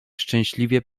szczęśliwie